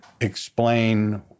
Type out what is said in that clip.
explain